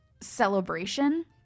celebration